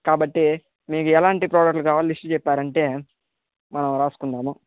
కాబట్టి మీకు ఎలాంటి ప్రోడక్టులు కావాలో లిస్ట్ చెప్పారంటే మనం రాసుకుందాము